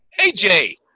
AJ